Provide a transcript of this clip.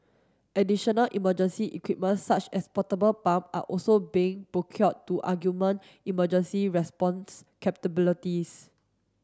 additional emergency equipment such as portable pump are also being procured to arguement emergency response capabilities